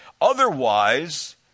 otherwise